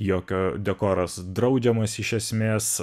jokio dekoras draudžiamas iš esmės